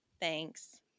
Thanks